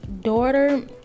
daughter